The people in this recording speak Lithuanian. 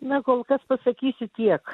na kol kas pasakysiu tiek